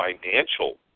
financial